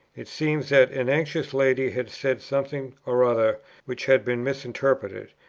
it seems that an anxious lady had said something or other which had been misinterpreted,